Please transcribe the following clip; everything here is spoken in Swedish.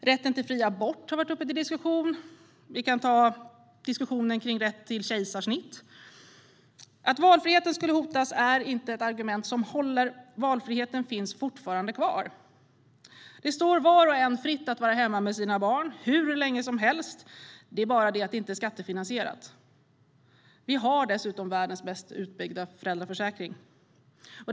Rätten till fri abort har varit uppe till diskussion. Där finns diskussionen om rätt till kejsarsnitt. Att valfriheten skulle hotas är inte ett argument som håller. Valfriheten finns fortfarande kvar. Det står var och en fritt att vara hemma med sina barn hur länge som helst. Det är bara inte skattefinansierat. Sverige har dessutom världens mest utbyggda föräldraförsäkring.